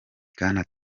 bwana